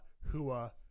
Hua